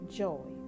joy